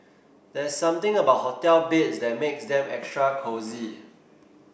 there's something about hotel beds that makes them extra cosy